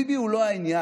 ביבי הוא לא העניין.